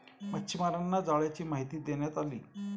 मच्छीमारांना जाळ्यांची माहिती देण्यात आली